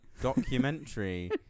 documentary